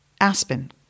aspen